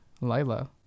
Lila